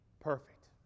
perfect